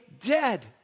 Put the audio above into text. dead